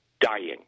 dying